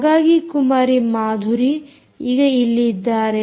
ಹಾಗಾಗಿ ಕುಮಾರಿ ಮಾಧುರಿ ಈಗ ಇಲ್ಲಿ ಇದ್ದಾರೆ